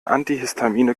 antihistamine